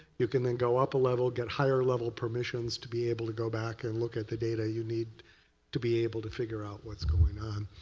you can then go up a level and get higher level permissions to be able to go back and look at the data you need to be able to figure out what's going on.